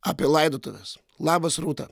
apie laidotuves labas rūta